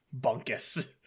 Bunkus